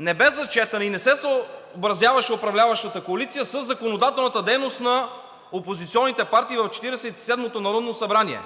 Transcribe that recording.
не бе зачетен и не се съобразяваше управляващата коалиция със законодателната дейност на опозиционните партии в Четиридесет и седмото народно събрание.